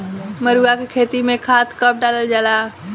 मरुआ के खेती में खाद कब डालल जाला?